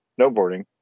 snowboarding